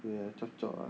ya chop chop ah